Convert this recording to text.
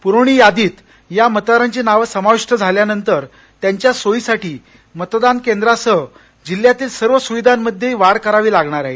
पुरवणी यादीत या मतदारांची नावं समाविष्ठ झाल्यानंतर त्यांच्या सोयीसाठी मतदार केंद्रासह जिल्ह्यातील सर्व सुविधामध्येही वाढ करावी लागणार आहे